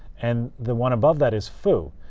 and the one above that is foo.